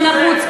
שאינו נחוץ,